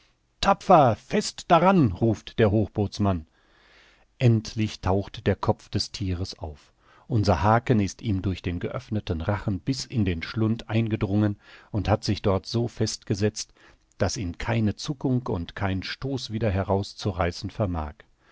tapfer fest daran ruft der hochbootsmann endlich taucht der kopf des thieres auf unser haken ist ihm durch den geöffneten rachen bis in den schlund eingedrungen und hat sich dort so festgesetzt daß ihn keine zuckung und kein stoß wieder heraus zu reißen vermag